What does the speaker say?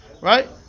right